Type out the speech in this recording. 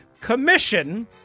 Commission